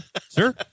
Sir